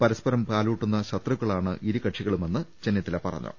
പ്രസ്പരം പാലൂ ട്ടുന്ന ശത്രുക്കളാണ് ഇരു കക്ഷികളുമെന്നും ചെന്നിത്തല പറ ഞ്ഞു